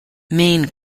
main